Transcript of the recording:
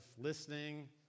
listening